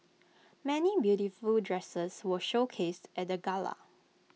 many beautiful dresses were showcased at the gala